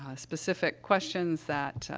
ah specific questions that, ah,